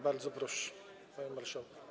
Bardzo proszę, panie marszałku.